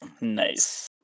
nice